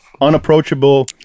unapproachable